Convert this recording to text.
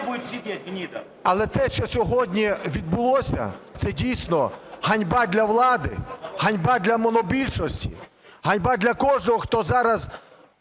Але те, що сьогодні відбулося, – це дійсно ганьба для влади, ганьба для монобільшості, ганьба для кожного, хто зараз